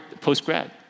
post-grad